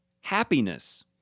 happiness